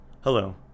Hello